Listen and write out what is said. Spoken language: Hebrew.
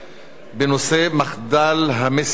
בנושא מחדל המסתננים,